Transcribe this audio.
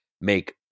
make